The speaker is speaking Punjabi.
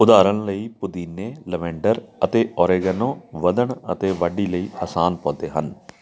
ਉਦਾਹਰਨ ਲਈ ਪੁਦੀਨੇ ਲਵੈਂਡਰ ਅਤੇ ਓਰੇਗਨੋ ਵਧਣ ਅਤੇ ਵਾਢੀ ਲਈ ਆਸਾਨ ਪੌਦੇ ਹਨ